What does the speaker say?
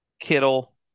Kittle